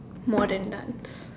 modern dance